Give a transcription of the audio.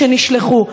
שנשלחו.